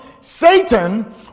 Satan